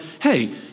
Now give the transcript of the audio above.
hey